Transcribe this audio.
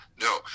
no